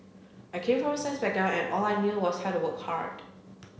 I came from a science background and all I knew was how to work hard